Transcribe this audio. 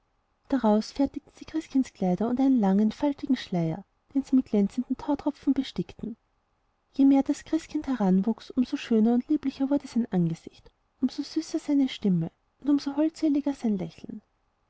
daraus fertigten sie christkindskleider und einen langen faltigen schleier den sie mit glänzenden tautropfen bestickten je mehr das christkind heranwuchs um so schöner und lieblicher wurde sein angesicht um so süßer seine stimme und um so holdseliger sein lächeln